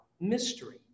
mystery